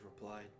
replied